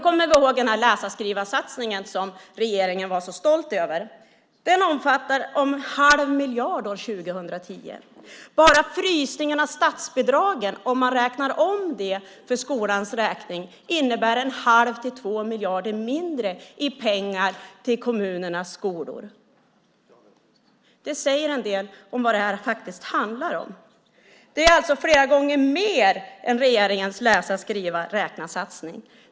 Men läsa-skriva-räkna-satsningen, som regeringen var så stolt över, omfattar 1⁄2 miljard år 2010. Bara frysningen av statsbidragen, om man räknar om det för skolans räkning, innebär en 1⁄2-2 miljarder mindre i pengar till kommunernas skolor. Det säger en del om vad det faktiskt handlar om. Det är alltså flera gånger mer än regeringens läsa-skriva-räkna-satsning.